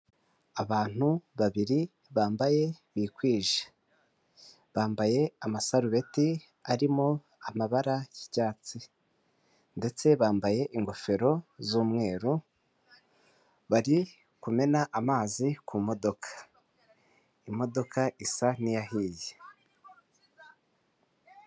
Abantu babiri bambaye bikwije bambaye amasarubeti arimo amabara y'icyatsi ndetse bambaye ingofero z'umweru bari kumena amazi ku modoka, imodoka isa niyahiye.